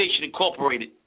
Incorporated